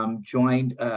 Joined